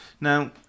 Now